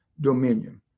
dominion